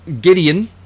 Gideon